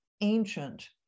ancient